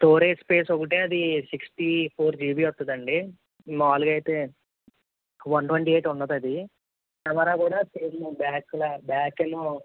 storage space ఒకటి అది sixty four GB వస్తుందండి మామూలుగా అయితే వన్ ట్వంటీ ఎయిట్ ఉండదది క్యామెరా కూడా సేమ్ బ్యాక్ బ్యాక్ ఏమో